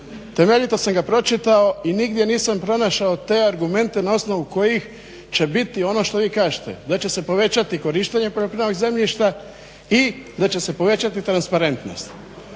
temeljito sam ga pročitao i nigdje nisam pronašao te argumente na osnovu kojih će biti ono što vi kažete da će se povećati korištenje poljoprivrednih zemljišta i da će se povećati transparentnost.